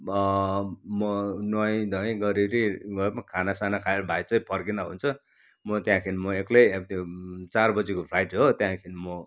म नुहाइ धुवाइ गरिओरि खानासाना खाएर भाइ चाहिँ फर्किन्दा हुन्छ म त्यहाँदेखि म एक्लै चार बजिको फ्लाइट हो त्यहाँदेखि म